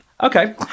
Okay